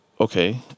Okay